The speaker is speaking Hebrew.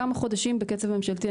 כמה חודשים בקצב ממשלתי,